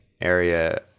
area